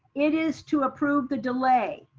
it is to approve the delay.